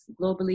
globally